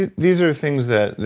ah these are things that,